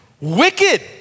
wicked